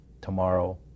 tomorrow